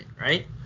right